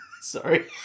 sorry